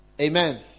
Amen